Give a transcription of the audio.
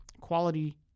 quality